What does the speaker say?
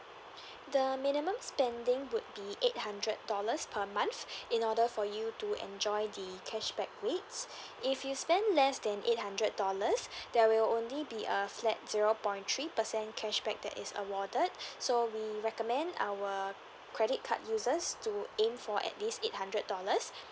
the minimum spending would be eight hundred dollars per month in order for you to enjoy the cashback rates if you spend less than eight hundred dollars there will only be a flat zero point three percent cashback that is awarded so we recommend our credit card users to aim for at least eight hundred dollars